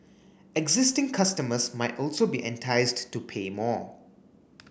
existing customers might also be enticed to pay more